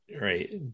right